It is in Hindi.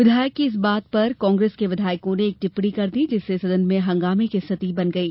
विधायक की इस बात पर कांग्रेस के विधायकों ने एक टिप्पणी कर दी जिससे सदन में हंगामे की स्थिति बन गई